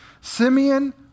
Simeon